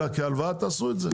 אלא כהלוואה תעשו את זה.